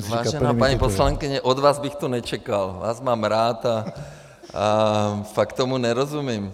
Vážená paní poslankyně, od vás bych to nečekal, vás mám rád a fakt tomu nerozumím.